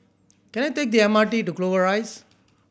can I take the M R T to Clover Rise